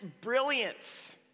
brilliance